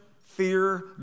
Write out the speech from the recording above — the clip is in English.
fear